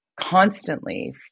constantly